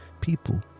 people